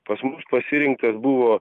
pas mus pasirinktas buvo